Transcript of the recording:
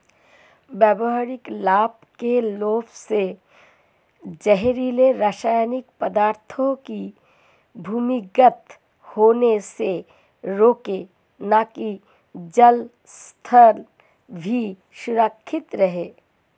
व्यापारिक लाभ के लोभ से जहरीले रासायनिक पदार्थों को भूमिगत होने से रोकें ताकि जल स्रोत भी सुरक्षित रहे